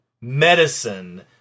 medicine